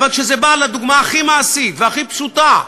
אבל כשזה בא לדוגמה הכי מעשית והכי פשוטה,